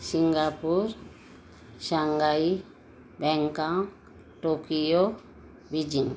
Singapore Shanghai Bangkok Tokyo Beijing